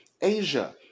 Asia